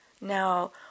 Now